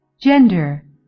gender